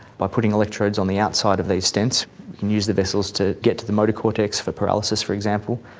by putting electrodes on the outside of these stents you can use the vessels to get to the motor cortex for paralysis for example,